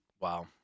Wow